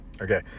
okay